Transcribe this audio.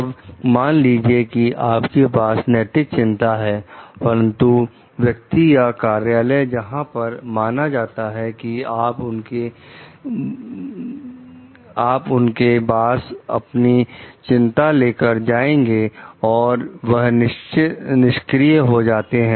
तब मान लीजिए कि आपके पास नैतिक चिंता है परंतु व्यक्ति या कार्यालय जहां पर माना जाता है कि आप उनके बास अपनी चिंता लेकर जाएंगे और वह निष्क्रिय हो जाते हैं